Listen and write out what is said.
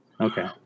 Okay